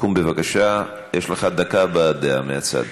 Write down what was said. קום בבקשה, יש לך דקה להבעת דעה מהצד.